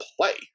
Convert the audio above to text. play